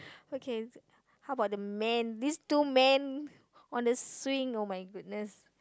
okay how about the man these two man on a swing oh my goodness